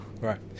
Right